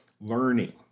learning